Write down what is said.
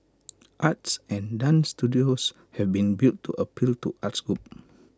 arts and dance studios have been built to appeal to arts groups